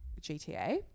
GTA